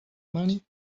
money